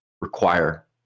require